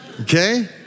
Okay